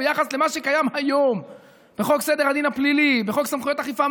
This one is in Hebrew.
ביחס למה שקיים היום בחוק סדר הדין הפלילי (סמכויות אכיפה,